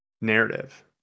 narrative